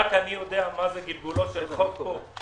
רק אני יודע מה זה גלגולו של חוק בכנסת,